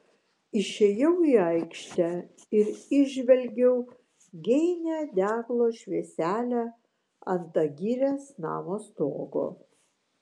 išėjau į aikštę ir įžvelgiau geinią deglo švieselę ant agirės namo stogo